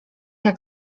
jak